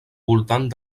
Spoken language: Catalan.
voltant